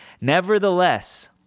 nevertheless